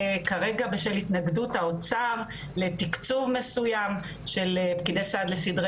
כרגע בשל התנגדות האוצר לתקצוב מסוים של פקידי סעד לסדרי